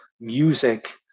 music